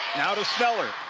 now to sneller.